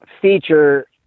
feature